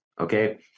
okay